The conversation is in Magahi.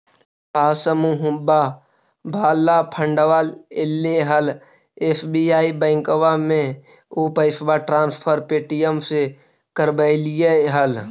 का समुहवा वाला फंडवा ऐले हल एस.बी.आई बैंकवा मे ऊ पैसवा ट्रांसफर पे.टी.एम से करवैलीऐ हल?